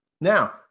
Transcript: Now